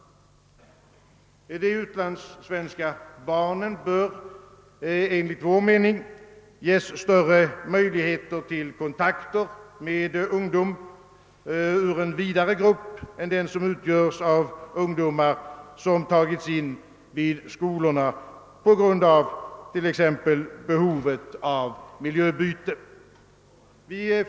De utlandssvenska barnen bör enligt vår mening ges större möjligheter till kontakt med ungdom ur en vidare grupp än den som utgörs av ungdomar som tagits in vid skolorna på grund av exempelvis behovet av miljöbyte.